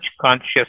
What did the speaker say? conscious